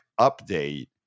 update